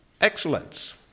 Excellence